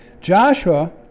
Joshua